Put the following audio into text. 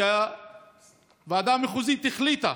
כי הוועדה המחוזית החליטה